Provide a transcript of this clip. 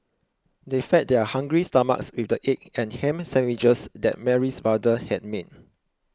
they fed their hungry stomachs with the egg and ham sandwiches that Mary's mother had made